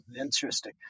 interesting